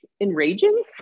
enraging